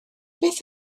beth